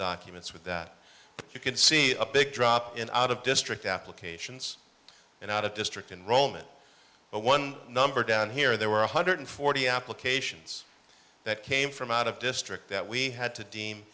documents with that you can see a big drop in out of district applications and out of district in roman but one number down here there were one hundred forty applications that came from out of district that we had to deem